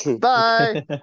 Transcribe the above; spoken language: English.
Bye